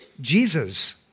Jesus